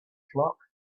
flock